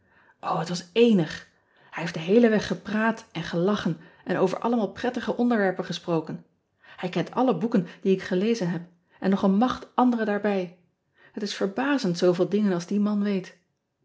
het was eenig ij heeft den heelen weg gepraat en gelachen en over allemaal prettige onderwerpen gesproken ij kent alle boeken die ik gelezen heb en nog een macht andere daarbij et is verbazend zooveel dingen als die man weet